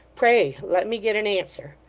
pray let me get an answer.